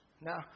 Now